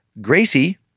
Gracie